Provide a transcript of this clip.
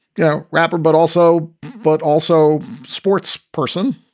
you know, rapper, but also but also sports person.